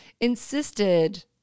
insisted